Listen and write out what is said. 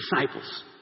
disciples